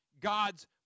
God's